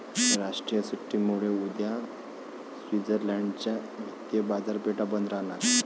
राष्ट्रीय सुट्टीमुळे उद्या स्वित्झर्लंड च्या वित्तीय बाजारपेठा बंद राहणार